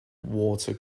water